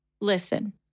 Listen